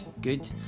good